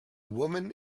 woman